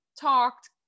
talked